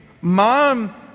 mom